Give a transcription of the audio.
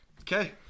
Okay